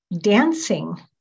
dancing